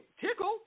Tickle